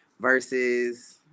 Versus